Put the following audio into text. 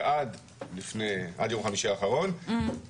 ועד יום חמישי האחרון,